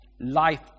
life